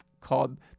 called